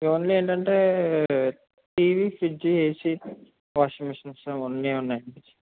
only ఏంటంటే TV fridge AC washing machines అవన్నీ ఉన్నాయండి